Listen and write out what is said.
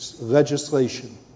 legislation